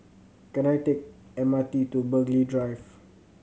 can I take M R T to Burghley Drive